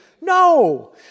No